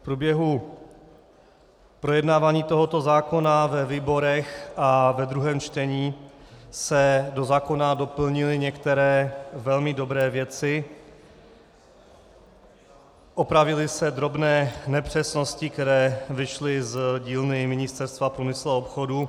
V průběhu projednávání tohoto zákona ve výborech a ve druhém čtení se do zákona doplnily některé velmi dobré věci, opravily se drobné nepřesnosti, které vyšly z dílny Ministerstva průmyslu a obchodu.